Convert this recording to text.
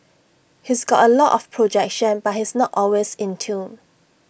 he's got A lot of projection but he's not always in tune